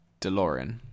DeLorean